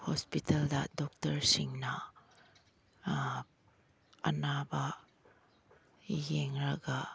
ꯍꯣꯁꯄꯤꯇꯥꯜꯗ ꯗꯣꯛꯇꯔꯁꯤꯡꯅ ꯑꯅꯥꯕ ꯌꯦꯡꯂꯒ